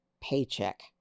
paycheck